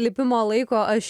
lipimo laiko aš